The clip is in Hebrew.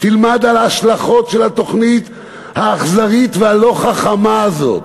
תלמד על ההשלכות של התוכנית האכזרית והלא-חכמה הזאת.